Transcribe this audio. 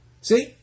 See